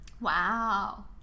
Wow